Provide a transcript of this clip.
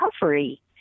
recovery